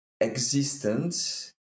existence